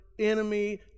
enemy